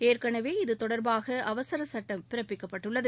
ஏற்கனவே இதுதொடர்பாக அவசர சுட்டம் பிறப்பிக்கப்பட்டுள்ளது